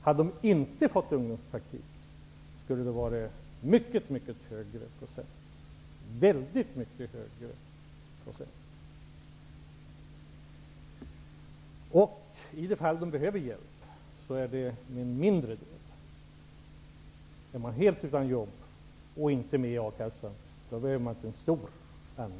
Om de inte fått ungdomspraktik hade procenttalet varit väldigt mycket högre. I de fall de behöver hjälp är det fråga om en mindre del. Är man helt utan jobb och inte med i a-kassan måste hjälpen uppgå till en stor andel.